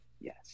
yes